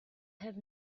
have